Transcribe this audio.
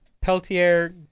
Peltier